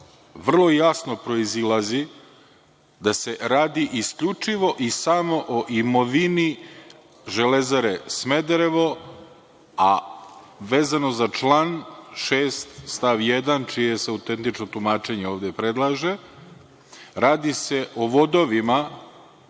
vrlo jasno proizilazi da se radi isključivo i samo o imovini „Železare Smederevo“, a vezano za član 6. stav 1. čije se autentično tumačenje ovde predlaže. Radi se o vodovima